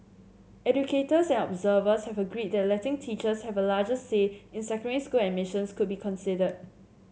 educators and observers have agreed that letting teachers have a larger say in secondary school admissions could be considered